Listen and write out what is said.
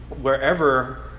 wherever